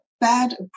bad